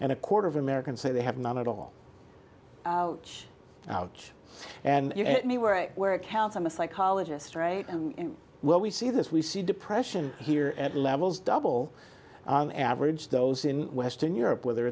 and a quarter of americans say they have none at all out and anywhere where it counts i'm a psychologist right and well we see this we see depression here at levels double average those in western europe whether